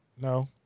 No